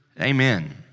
Amen